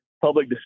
public